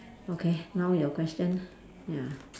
okay now your question ya